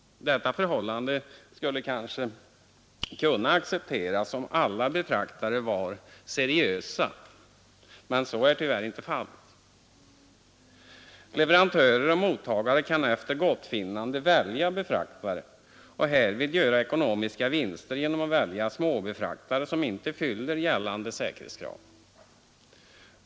Detta förhållande skulle kanske kunna accepteras om alla befraktare var seriösa, men så är tyvärr inte fallet. Leverantörer och mottagare kan efter gottfinnande välja befraktare och härvid göra ekonomiska vinster genom att välja småbefraktare som inte fyller gällande säkerhetskrav.